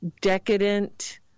decadent